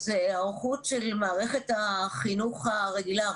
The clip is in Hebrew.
ההיערכות של מערכת החינוך הרגילה.